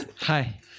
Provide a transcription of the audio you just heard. Hi